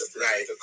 Right